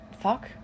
Fuck